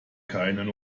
keinen